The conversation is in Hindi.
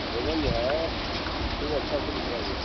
आवेदन जो है खूब अच्छे से लिखवाइए